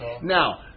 Now